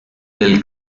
del